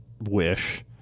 wish